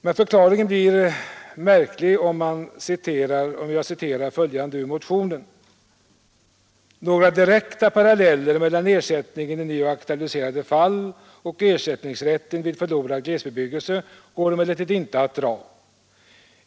Men förklaringen blir märklig om jag citerar följande ur motionen: ”Några direkta paralleller mellan ersättning i nu aktualiserade fall och ersättningsrätten vid förlorad glesbebyggelse går emellertid inte att dra.